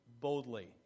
boldly